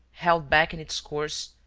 held back in its course,